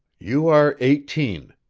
you are eighteen.